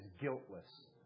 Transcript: guiltless